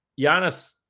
Giannis